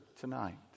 tonight